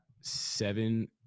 seven